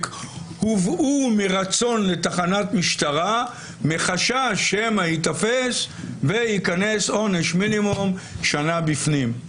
הובאו מרצון לתחנת משטרה מחשש שמא ייתפס וייכנס עונש מינימום שנה בפנים.